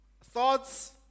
thoughts